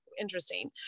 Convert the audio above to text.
interesting